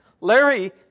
Larry